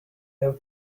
have